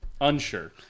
unsure